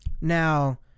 now